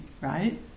right